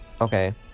Okay